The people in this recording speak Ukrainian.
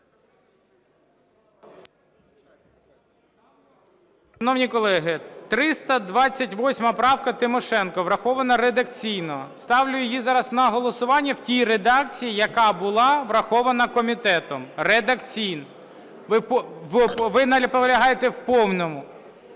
Ви наполягаєте в повному?